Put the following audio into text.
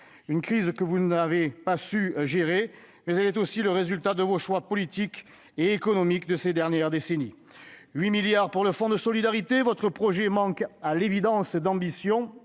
coronavirus, que vous n'avez pas su gérer, mais elle aussi le résultat de vos choix politiques et économiques des dernières décennies. Avec 8 milliards d'euros pour le fonds de solidarité, votre projet manque à l'évidence d'ambition